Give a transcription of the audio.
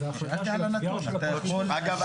אז ההחלטה של התביעה או של הפרקליטות --- אגב,